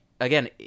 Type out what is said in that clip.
again